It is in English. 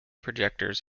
projectors